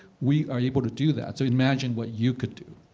we are able to do that. so imagine what you could do.